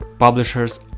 Publishers